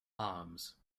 arms